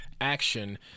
action